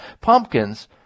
Pumpkins